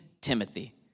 Timothy